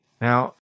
Now